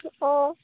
অ